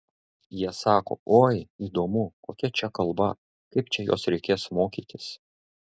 jie sako oi įdomu kokia čia kalba kaip čia jos reikės mokytis